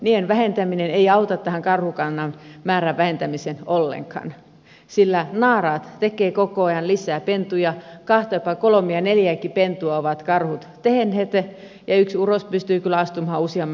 urosten vähentäminen ei auta tähän karhukannan määrän vähentämiseen ollenkaan sillä naaraat tekevät koko ajan lisää pentuja kahta kolmea neljäänkin pentua ovat karhut tehneet ja yksi uros pystyy kyllä astumaan useamman naaraan